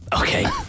Okay